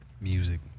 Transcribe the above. music